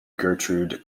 gertrude